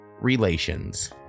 Relations